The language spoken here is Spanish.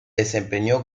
desempeñó